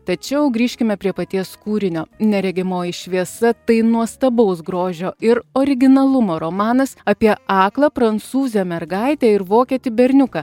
tačiau grįžkime prie paties kūrinio neregimoji šviesa tai nuostabaus grožio ir originalumo romanas apie aklą prancūzę mergaitę ir vokietį berniuką